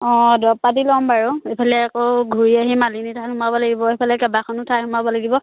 অঁ দৰৱ পাতি ল'ম বাৰু এইফালে আকৌ ঘূৰি আহি মালিনী থান সোমাব লাগিব এইফালে কেইবাখনো ঠাই সোমাব লাগিব